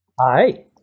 Hi